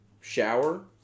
shower